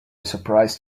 surprise